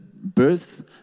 Birth